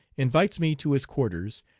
invites me to his quarters,